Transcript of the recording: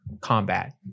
combat